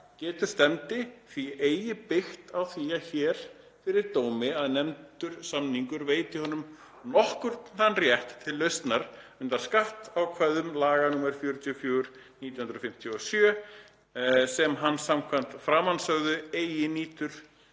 Getur stefnandi því eigi byggt á því hér fyrir dómi, að nefndur samningur veiti honum nokkurn þann rétt til lausnar undan skattákvæðum laga nr. 44/1957, sem hann samkvæmt framansögðu eigi nýtur